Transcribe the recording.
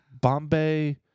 Bombay